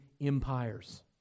empires